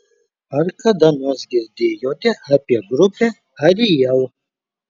ar kada nors girdėjote apie grupę ariel